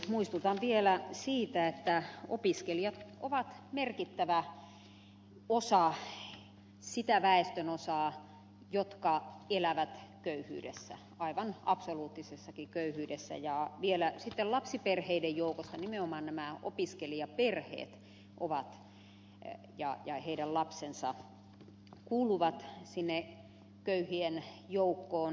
muistutan vielä siitä että opiskelijat ovat merkittävä osa sitä väestönosaa joka elää köyhyydessä aivan absoluuttisessakin köyhyydessä ja vielä sitten lapsiperheiden joukosta nimenomaan nämä opiskelijaperheet ja heidän lapsensa kuuluvat sinne köyhien joukkoon